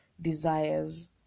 desires